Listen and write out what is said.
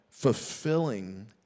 fulfilling